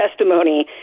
testimony